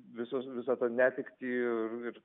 visus visą tą netektį ir